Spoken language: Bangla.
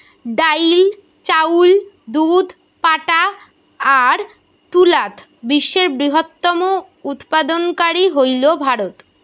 ডাইল, চাউল, দুধ, পাটা আর তুলাত বিশ্বের বৃহত্তম উৎপাদনকারী হইল ভারত